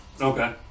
Okay